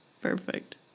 perfect